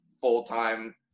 full-time